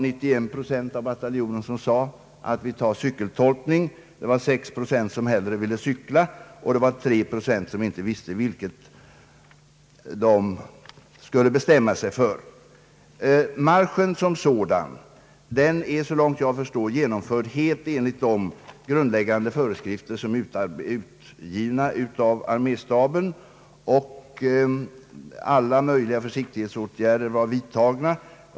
91 procent av bataljonen valde cykeltolkning, 6 procent ville hellre cykla och 3 procent visste inte vad de skulle bestämma sig för. Marschen som sådan är genomförd helt enligt de grundläggande föreskrif ter som är utgivna av arméstaben, och alla möjliga försiktighetsåtgärder var vidtagna.